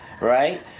right